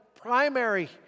primary